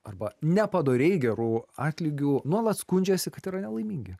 arba nepadoriai gerų atlygių nuolat skundžiasi kad yra nelaimingi